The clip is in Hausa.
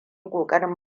ƙoƙarin